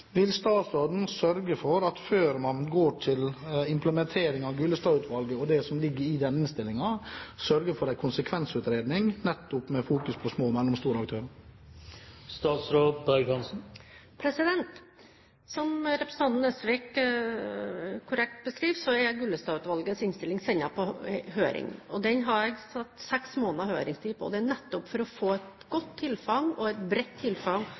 Vil statsråden sørge for at før man går til implementering av Gullestad-utvalget og det som ligger i deres innstilling, sørge for en konsekvensutredning nettopp med fokus på små og mellomstore aktører? Som representanten Nesvik korrekt beskriver, er Gullestad-utvalgets innstilling sendt på høring. Den har jeg satt seks måneders høringstid på, og det er nettopp for å få et godt og bredt tilfang